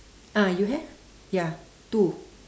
ah you have ya two